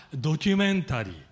documentary